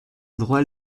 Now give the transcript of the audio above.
droit